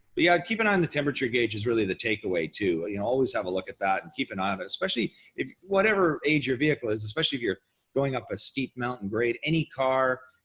but yeah, keep an eye on the temperature gauge is really the takeaway too, always have a look at that and keep an eye on it, especially if whatever age your vehicle is, especially if you're going up a steep mountain grade. any car,